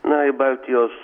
na į baltijos